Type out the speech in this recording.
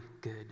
good